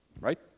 Right